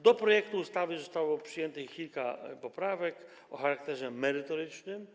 Do projektu ustawy zostało przyjętych kilka poprawek o charakterze merytorycznym.